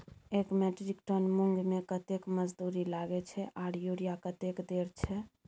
एक metric ton मूंग में कतेक मजदूरी लागे छै आर यूरिया कतेक देर छै?